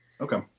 okay